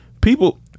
people